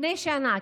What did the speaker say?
לפני שנה,